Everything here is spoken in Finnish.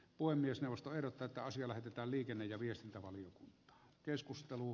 puhemiesneuvosto ehdottaa että asia lähetetään liikenne ja viestintävaliokuntaan